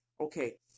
Okay